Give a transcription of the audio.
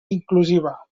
inclusiva